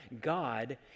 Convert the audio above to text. God